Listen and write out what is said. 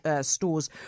stores